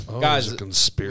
Guys